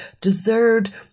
deserved